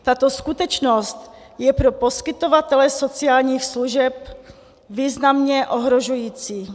Tato skutečnost je pro poskytovatele sociálních služeb významně ohrožující.